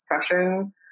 session